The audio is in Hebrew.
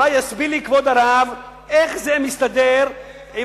אולי יסביר לי כבוד הרב איך זה מסתדר עם